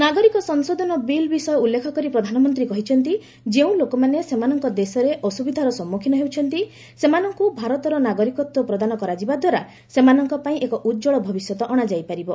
ନାଗରିକ ସଂଶୋଧନ ବିଲ୍ ବିଷୟ ଉଲ୍ଲେଖ କରି ପ୍ରଧାନମନ୍ତ୍ରୀ କହିଛନ୍ତି ଯେଉଁ ଲୋକମାନେ ସେମାନଙ୍କ ଦେଶରେ ଅସୁବିଧାର ସମ୍ମୁଖୀନ ହେଉଛନ୍ତି ସେମାନଙ୍କୁ ଭାରତର ନାଗରିକତ୍ୱ ପ୍ରଦାନ କରାଯିବା ଦ୍ୱାରା ସେମାନଙ୍କ ପାଇଁ ଏକ ଉଜ୍ଜଳ ଭବିଷ୍ୟତ ଅଶାଯାଇ ପାରିବ